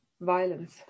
violence